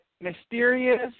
mysterious